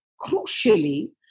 crucially